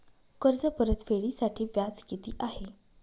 कर्ज परतफेडीसाठी व्याज किती आहे?